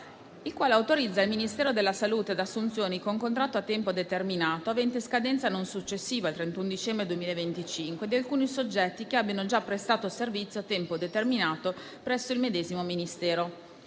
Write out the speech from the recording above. il quale autorizza il Ministero della salute ad assunzioni con contratto a tempo determinato, avente scadenza non successiva al 31 dicembre 2025, di alcuni soggetti che abbiano già prestato servizio a tempo determinato presso il medesimo Ministero.